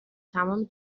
تمام